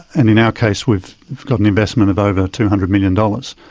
and in our case we've got an investment of over two hundred million dollars.